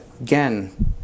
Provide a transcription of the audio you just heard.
Again